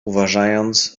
uważając